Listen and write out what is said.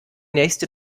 nächste